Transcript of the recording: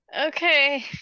okay